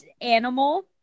animal